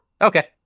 Okay